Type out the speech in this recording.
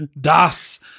Das